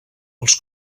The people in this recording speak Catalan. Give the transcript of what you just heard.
als